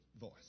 voice